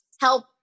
Help